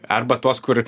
arba tuos kur